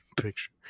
picture